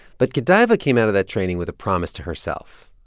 but godaiva came out of that training with a promise to herself.